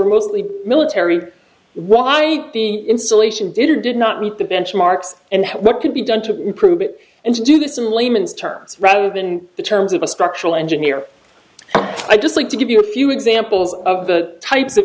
were mostly military why the installation did or did not meet the benchmarks and what could be done to improve it and to do this in layman's terms rather than in the terms of a structural engineer i just like to give you a few examples of the types of